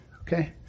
okay